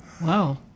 Wow